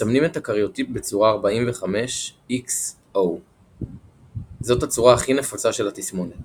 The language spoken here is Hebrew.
מסמנים את הקריוטיפ בצורה 45XO. זאת הצורה הכי נפוצה של התסמונת.